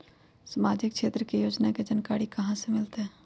सामाजिक क्षेत्र के योजना के जानकारी कहाँ से मिलतै?